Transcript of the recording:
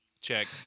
Check